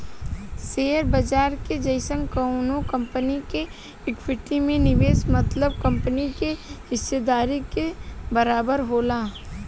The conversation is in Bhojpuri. शेयर बाजार के जइसन कवनो कंपनी के इक्विटी में निवेश मतलब कंपनी के हिस्सेदारी के बराबर होला